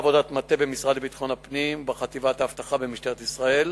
נערכה עבודת מטה במשרד לביטחון פנים ובחטיבת האבטחה במשטרת ישראל